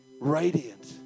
radiant